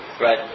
right